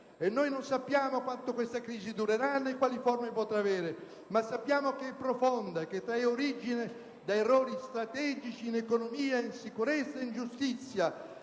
rotta. Non sappiamo quanto questa crisi durerà, né quali forme potrà avere, ma sappiamo che è profonda e che trae origine da errori strategici in economia, in sicurezza, in giustizia